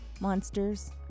monsters